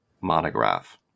monograph